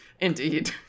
Indeed